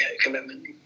commitment